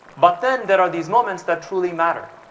but then there are these moments that truly matter,